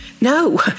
no